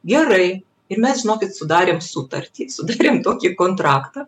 gerai ir mes žinokit sudarėme sutartį sudarėm tokį kontraktą